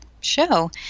show